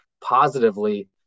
positively